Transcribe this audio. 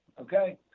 Okay